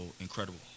incredible